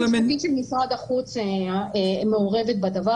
הלשכה המשפטית של משרד החוץ מעורבת בדבר